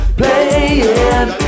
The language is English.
playing